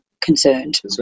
concerned